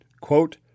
quote